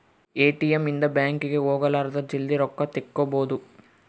ATM ಇಂದ bank ಗೆ ಹೋಗಲಾರದ ಜಲ್ದೀ ರೊಕ್ಕ ತೆಕ್ಕೊಬೋದು